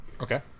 Okay